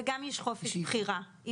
וגם יש חופש בחירה.